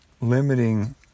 limiting